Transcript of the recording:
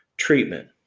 Treatment